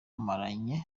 atangaza